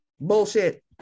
Bullshit